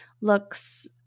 looks